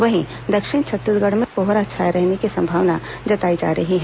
वहीं दक्षिण छत्तीसगढ़ में कोहरा छाए रहने की संभावना जताई है